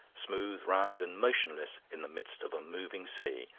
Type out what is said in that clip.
smooth, round, and motionless in the midst of a moving sea,